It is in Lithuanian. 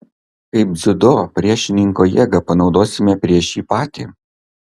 kaip dziudo priešininko jėgą panaudosime prieš jį patį